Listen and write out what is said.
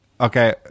Okay